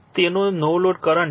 તેનો નો load current 0